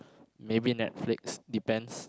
maybe Netflix depends